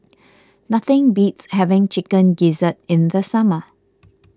nothing beats having Chicken Gizzard in the summer